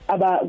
Aba